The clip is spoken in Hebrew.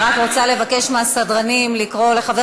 אני רק רוצה לבקש מהסדרנים לקרוא לחבר